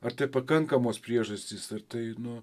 ar tai pakankamos priežastys ar tai nu